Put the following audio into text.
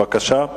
בבקשה.